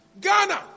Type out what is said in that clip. Ghana